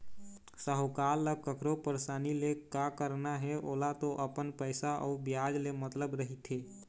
साहूकार ल कखरो परसानी ले का करना हे ओला तो अपन पइसा अउ बियाज ले मतलब रहिथे